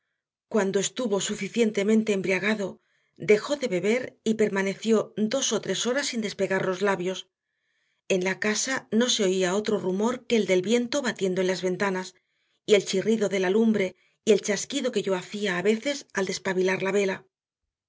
cuando estuvo suficientemente embriagado dejó de beber y permaneció dos o tres horas sin despegar los labios en la casa no se oía otro rumor que el del viento batiendo en las ventanas el chirrido de la lumbre y el chasquido que yo hacía a veces al despabilar la vela